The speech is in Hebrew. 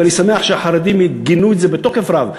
ואני שמח שהחרדים גינו את זה בתוקף רב.